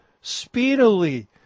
speedily